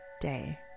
day